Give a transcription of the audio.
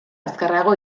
azkarrago